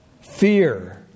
Fear